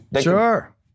Sure